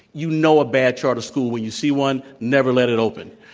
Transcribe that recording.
you know a bad charter school when you see one. never let it open.